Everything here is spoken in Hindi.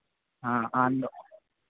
हाँ आने दो